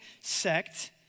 sect